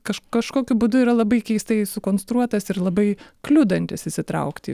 kaž kažkokiu būdu yra labai keistai sukonstruotas ir labai kliudantis įsitraukti